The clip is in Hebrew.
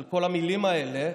על כל המילים האלה,